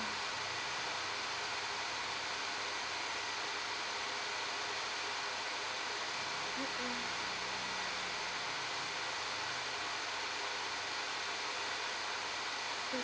mmhmm mm